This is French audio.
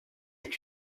est